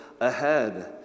ahead